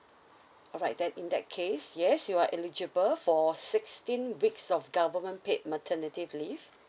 alright then in that case yes you are eligible for sixteen weeks of government paid maternity leave